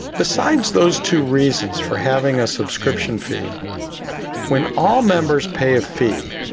besides those two reasons for having a subscription fee when all members pay a fee,